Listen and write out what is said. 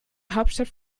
hauptstadt